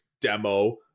demo